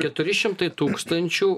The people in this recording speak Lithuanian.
keturi šimtai tūkstančių